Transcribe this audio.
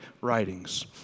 writings